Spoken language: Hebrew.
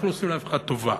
אנחנו לא עושים לאף אחד טובה